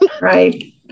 Right